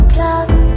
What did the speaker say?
love